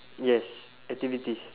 yes activities